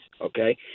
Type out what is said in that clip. okay